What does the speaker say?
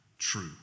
true